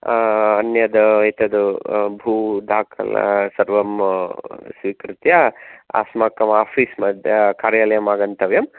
अन्यद् एतत् भू दाखला सर्वं स्वीकृत्य अस्माकम् आफिस् मध्ये कार्यालयं आगन्तव्यम्